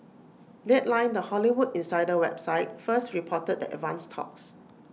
deadline the Hollywood insider website first reported the advanced talks